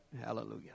Hallelujah